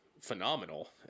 phenomenal